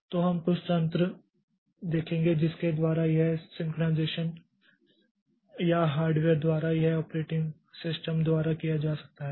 तो हम कुछ तंत्र देखेंगे जिसके द्वारा यह सिंक्रनाइज़ेशन या हार्डवेयर द्वारा या ऑपरेटिंग सिस्टम द्वारा किया जा सकता है